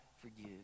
forgive